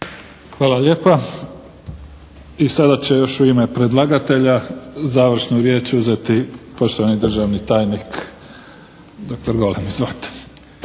Hvala lijepa. I sada će još u ime predlagatelja završnu riječ uzeti poštovani državni tajnik doktor Golem. Izvolite.